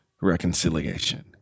reconciliation